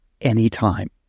anytime